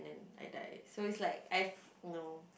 then I die so is like I've no